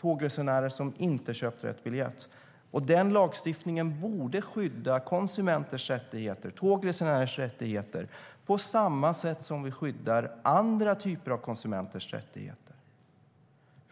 tågresenärer som inte har köpt rätt biljett. Denna lagstiftning borde skydda konsumenters rättigheter - tågresenärers rättigheter - på samma sätt som vi skyddar andra typer av konsumenters rättigheter.